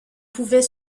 pouvait